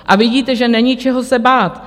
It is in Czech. A vidíte, že není čeho se bát.